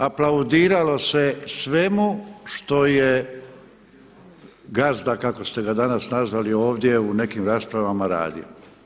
Aplaudiralo se svemu što je gazda kako ste ga danas nazvali ovdje u nekim raspravama radio.